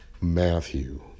Matthew